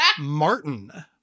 Martin